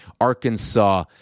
Arkansas